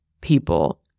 people